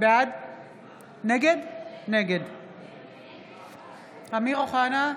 נגד אמיר אוחנה,